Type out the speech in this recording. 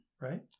Right